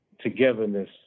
togetherness